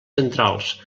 centrals